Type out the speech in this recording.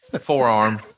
Forearm